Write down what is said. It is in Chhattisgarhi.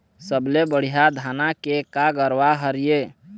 सबले बढ़िया धाना के का गरवा हर ये?